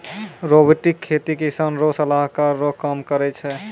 robotic खेती किसान रो सलाहकार रो काम करै छै